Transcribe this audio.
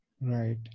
Right